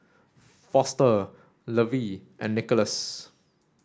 Foster Lovey and Nicholas